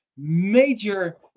major